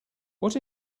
what